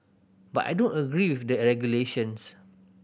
but I don't agree with the regulations